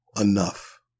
enough